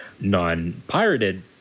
Non-pirated